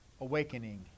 awakening